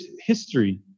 history